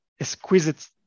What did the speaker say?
exquisite